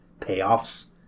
payoffs